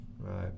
right